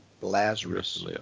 lazarus